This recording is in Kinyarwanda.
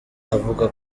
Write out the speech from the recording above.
avuga